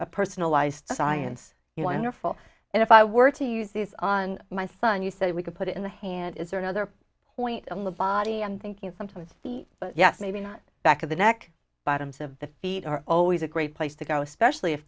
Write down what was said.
a personalized science wonderful and if i were to use these on my son you said we could put it in the hand is there another point on the body i'm thinking sometimes feet yes maybe not back of the neck bottoms of the feet are always a great place to go especially if